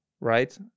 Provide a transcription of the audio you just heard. right